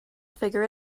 figure